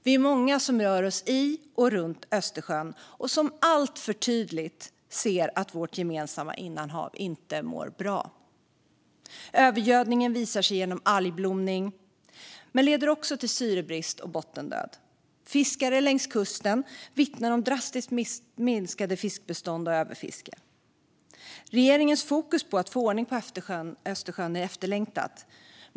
Vi är många som rör oss i och runt Östersjön och som alltför tydligt ser att vårt gemensamma innanhav inte mår bra. Övergödningen visar sig genom algblomning men leder också till syrebrist och bottendöd. Fiskare längs kusten vittnar om drastiskt minskade fiskbestånd och överfiske. Regeringens fokus på att få ordning på Östersjön är efterlängtat.